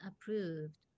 approved